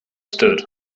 stood